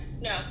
no